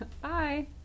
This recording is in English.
Bye